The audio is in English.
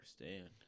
understand